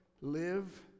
live